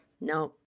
No